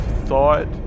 thought